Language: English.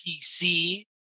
pc